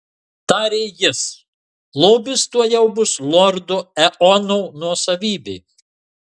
tarė jis lobis tuojau bus lordo eono nuosavybė